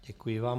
Děkuji vám.